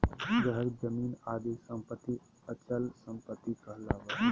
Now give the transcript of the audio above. घर, जमीन आदि सम्पत्ति अचल सम्पत्ति कहलावा हइ